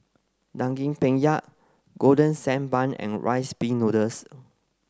Daging Penyet Golden Sand Bun and Rice Pin Noodles